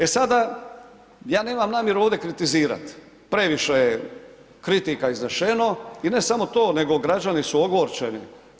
E sada ja nemam namjeru ovdje kritizirati, previše je kritika izneseno i ne samo to nego građani su ogorčeni.